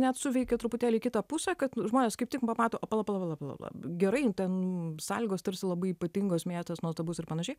net suveikia truputėlį į kitą pusę kad žmonės kaip tik pamato pala pala pala pala gerai ten sąlygos tarsi labai ypatingos miestas nuostabus ir panašiai